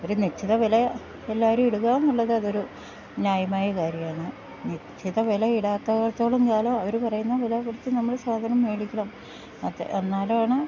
ഒരു നിശ്ചിത വെല എല്ലാരും ഇട്കാന്നുള്ളത് അതൊരു ന്യായമായ കാര്യാണ് നിശ്ചിത വെല ഇടാത്തട്ത്തോളം കാലം അവര് പറയ്ന്ന വെല കൊട്ത്ത് നമ്മള് സാധനം മേടിക്കണം അതെ എന്നാലാണ്